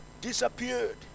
disappeared